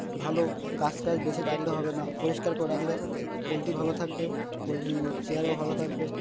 ভালো গাছ কাাছ বেশি রাখলে হবে না পরিষ্কার করে রাখলে পোলট্রি ভালো থাকবে পোলট্রি চেয়ারও ভালো থাকবে